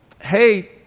hey